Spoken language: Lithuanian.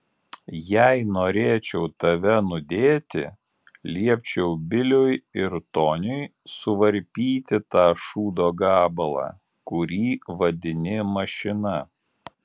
jei norėčiau tave nudėti liepčiau biliui ir toniui suvarpyti tą šūdo gabalą kurį vadini mašina